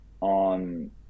on